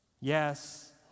Yes